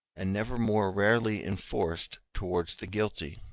and never more rarely enforced towards the guilty.